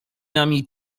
nami